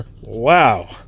Wow